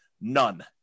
None